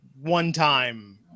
one-time